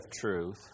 truth